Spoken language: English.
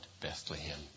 Bethlehem